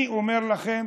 אני אומר לכם,